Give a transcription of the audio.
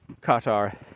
Qatar